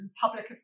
public